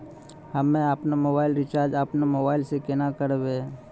हम्मे आपनौ mobile recharge आपनौ मोबाइल से केना करवै?